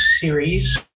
series